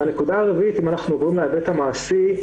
הנקודה הרביעית אם אנחנו הולכים להיבט המעשי,